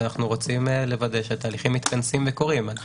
אנחנו רוצים לוודא שהתהליכים מתכנסים וקורים.